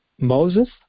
Moses